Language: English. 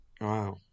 Wow